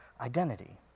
identity